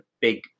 big